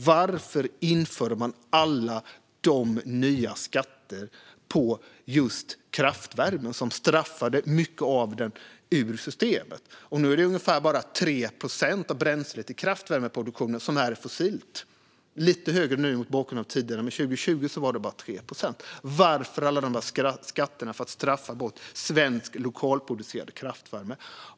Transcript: Varför införde man alla de nya skatterna på kraftvärme, som straffade ut mycket av den från systemet? Det är bara ungefär 3 procent av det bränsle som används vid kraftvärmeproduktion som är fossilt. Det är lite högre nu på grund av tiderna, men 2020 var det bara 3 procent. Varför alla dessa skatter för att straffa bort svensk, lokalproducerad kraftvärme?